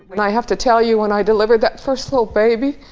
and i have to tell you, when i delivered that first little baby,